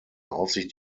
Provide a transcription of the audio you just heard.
aufsicht